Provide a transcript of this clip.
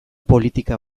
politika